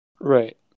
Right